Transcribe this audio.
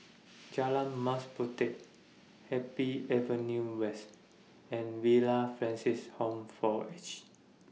Jalan Mas Puteh Happy Avenue West and Villa Francis Home For Aged